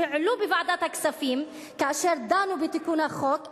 שהועלו בוועדת הכספים כאשר דנו בתיקון החוק,